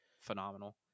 phenomenal